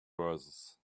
verses